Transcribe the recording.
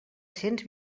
cents